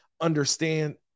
understand